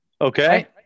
Okay